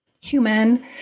human